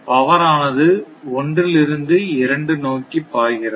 power ஆனது ஒன்றிலிருந்து இரண்டு நோக்கி பாய்கிறது